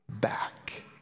back